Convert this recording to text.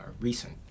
recent